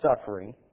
suffering